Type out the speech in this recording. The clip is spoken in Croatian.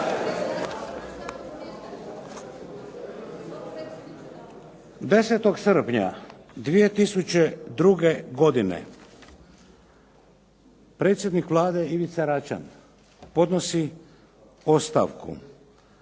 10. srpnja 2002. godine predsjednik Vlade Ivica Račan podnosi ostavku.